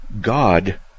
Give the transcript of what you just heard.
God